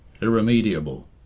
irremediable